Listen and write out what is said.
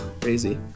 Crazy